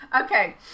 Okay